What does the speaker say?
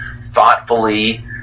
thoughtfully